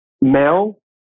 male